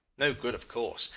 no good, of course.